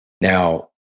Now